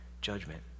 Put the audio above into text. judgment